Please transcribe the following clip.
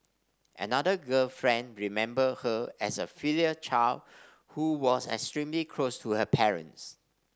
another girlfriend remembered her as a filial child who was extremely close to her parents